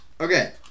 Okay